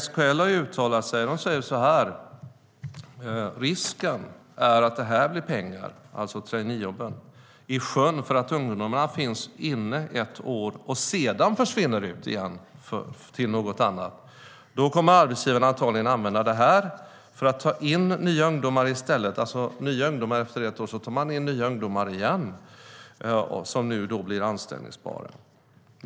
SKL har uttalat sig och säger så här: "Risken är att det här" - alltså traineejobben - "blir pengar i sjön för att ungdomarna finns inne ett år och sedan försvinner ut igen till något annat. Då kommer arbetsgivarna antagligen använda det här för att ta in nya ungdomar "- man tar alltså in nya ungdomar igen efter år - "i stället för att se till att ungdomarna nu blir anställningsbara."